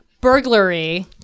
Burglary